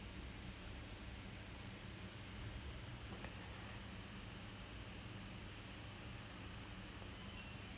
so life sciences வந்து என்னன்னா:vanthu ennannaa is kind of their way to let the secondary school personnel experience both sciences